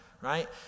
right